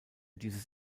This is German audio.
dieses